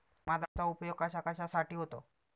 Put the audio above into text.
मधाचा उपयोग कशाकशासाठी होतो?